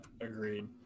Agreed